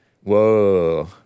Whoa